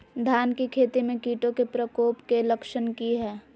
धान की खेती में कीटों के प्रकोप के लक्षण कि हैय?